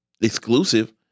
exclusive